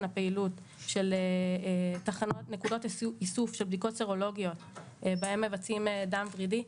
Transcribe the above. הפעילות של נקודות איסוף של בדיקות סרולוגיות בהם מבצעים דם ורידי,